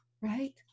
right